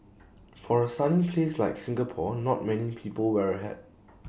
for A sunny place like Singapore not many people wear A hat